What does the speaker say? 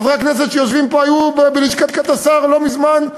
חברי הכנסת שיושבים פה היו בלשכת השר לא מזמן,